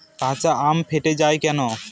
কাঁচা আম ফেটে য়ায় কেন?